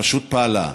פשוט פעלה.